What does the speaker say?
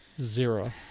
Zero